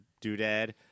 Doodad